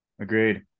Agreed